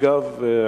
אגב,